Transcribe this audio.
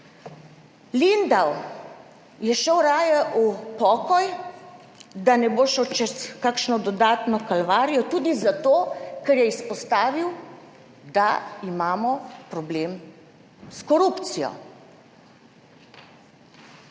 Lindav je šel raje v pokoj, da ne bo šel čez kakšno dodatno kalvarijo, tudi zato, ker je izpostavil, da imamo problem s korupcijo.